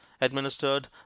administered